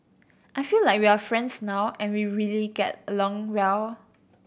I feel like we are friends now and we really get along well